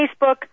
Facebook